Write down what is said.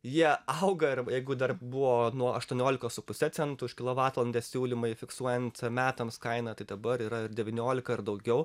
jie auga arba jeigu dar buvo nuo aštuoniolikos su puse centų už kilovatvalandę siūlymai fiksuojant metams kainą tai dabar yra ir devyniolika ir daugiau